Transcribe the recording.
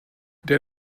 der